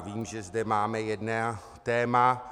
Vím, že zde máme jedno téma.